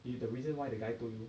if the reason why the guy told you